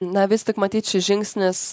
na vis tik matyt šis žingsnis